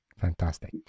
Fantastic